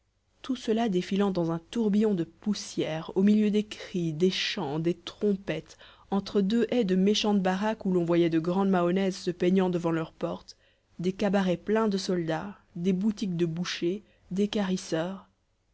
tout cela défilant dans un tourbillon de poussière au milieu des cris des chants des trompettes entre deux haies de méchantes baraques où l'on voyait de grandes mahonnaises se peignant devant leurs portes des cabarets pleins de soldats des boutiques de bouchers